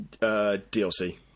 DLC